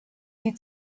die